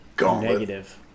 Negative